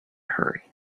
hurry